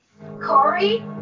Corey